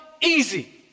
easy